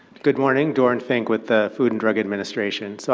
good morning, doran fink with the food and drug administration. so